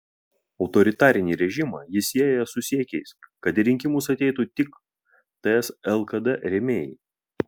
autoritarinį režimą jis sieja su siekiais kad į rinkimus ateitų tik ts lkd rėmėjai